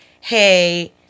Hey